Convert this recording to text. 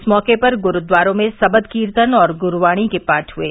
इस मौके पर गुरूद्वारों में सबद कीर्तन और गुरूवाणी के पाठ हुये